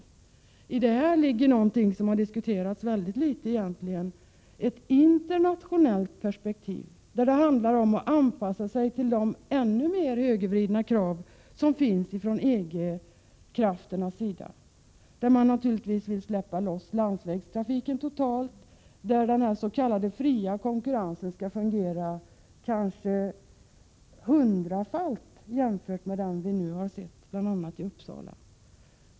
Bakom det här ligger något som egentligen har diskuterats mycket litet: ett internationellt perspektiv där det handlar om att anpassa sig till de ännu mer högervridna krav som EG-krafterna företräder. Det gäller krav på ett totalt frisläppande av landsvägstrafiken, där den s.k. fria konkurrensen skall slå igenom kanske hundrafalt hårdare än vad vi nu har sett exempel på bl.a. i Uppsala.